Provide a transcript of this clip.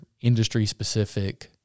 industry-specific